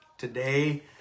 Today